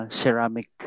ceramic